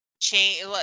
change